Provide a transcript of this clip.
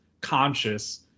conscious